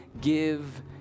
give